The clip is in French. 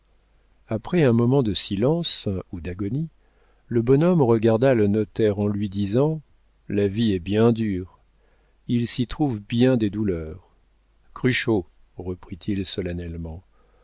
après un moment de silence ou d'agonie le bonhomme regarda le notaire en lui disant la vie est bien dure il s'y trouve bien des douleurs cruchot reprit-il solennellement